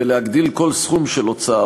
ולהגדיל כל סכום של הוצאה,